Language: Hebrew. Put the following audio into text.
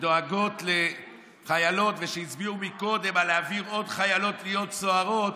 שדואגות לחיילות ושהצביעו קודם על העברת עוד חיילות להיות סוהרות.